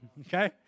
Okay